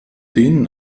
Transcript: denen